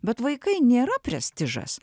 bet vaikai nėra prestižas